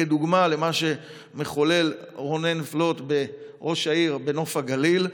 כדוגמה למה שמחולל ראש העיר רונן פלוט בנוף הגליל.